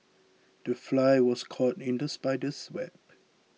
the fly was caught in the spider's web